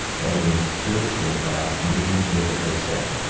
any spiritual path begins with the first step.